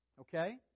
Okay